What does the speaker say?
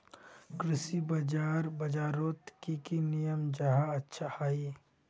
कृषि बाजार बजारोत की की नियम जाहा अच्छा हाई?